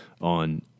on